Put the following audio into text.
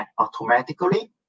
automatically